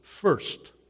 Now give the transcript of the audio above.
first